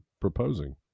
proposing